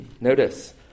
notice